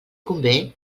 convé